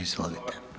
Izvolite.